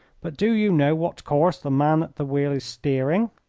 but do you know what course the man at the wheel is steering?